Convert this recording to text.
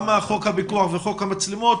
גם על חוק הפיקוח ועל חוק המצלמות,